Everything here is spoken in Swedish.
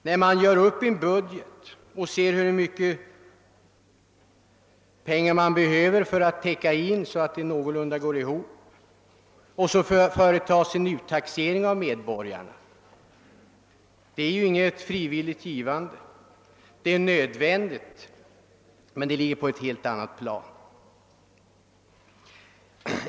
När man gör upp en budget och ser hur mycket pengar man behöver för att den skall balansera gör man en uttaxering hos medborgarna. Det är inte fråga om något frivilligt givande, det är en nödvändighet men det ligger på ett helt annat plan.